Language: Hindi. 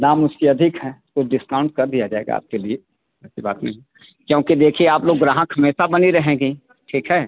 दाम उसके अधिक हैं कुछ डिस्काउंट कर दिया जाएगा आपके लिए ऐसी बात नहीं क्योंकि देखिए आप लोग ग्राहक हमेश बनी रहेंगी ठीक है